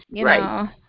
Right